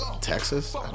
texas